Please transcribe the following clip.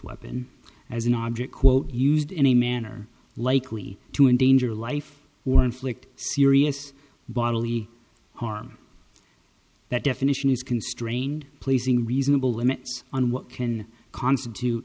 weapon as an object quote used in a manner likely to endanger life or inflict serious bodily harm that definition is constrained placing reasonable limits on what can constitute